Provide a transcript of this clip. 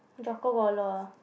got a lot ah